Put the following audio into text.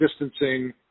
distancing